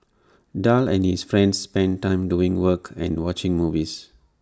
Daryl and his friends spent time doing work and watching movies